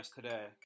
today